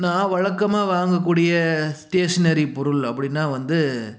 நான் வழக்கமாக வாங்கக்கூடிய ஸ்டேஷ்னரி பொருள் அப்படின்னா வந்து